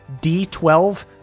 D12